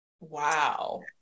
Wow